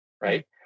right